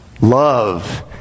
Love